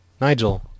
Nigel